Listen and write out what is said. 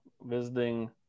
visiting